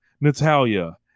Natalia